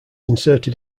inserted